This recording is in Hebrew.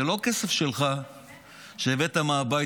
זה לא כסף שלך שהבאת מהבית,